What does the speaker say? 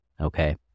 Okay